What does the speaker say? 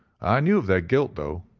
i knew of their guilt though,